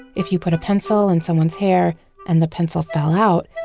if you put a pencil in someone's hair and the pencil fell out,